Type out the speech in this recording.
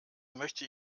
möchte